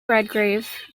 redgrave